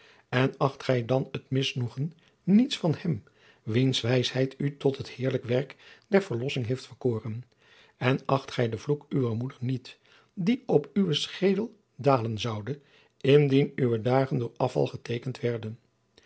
en acht gij dan het misnoegen niets van hem wiens wijsheid u tot het heerlijk werk der verlossing heeft verkoren en acht gij den vloek uwer moeder niet die op uwen schedel dalen zoude indien uwe dagen door afval geteekend werden